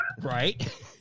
Right